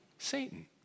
Satan